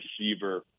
receiver